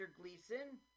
Gleason